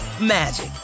magic